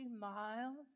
miles